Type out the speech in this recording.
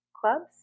Clubs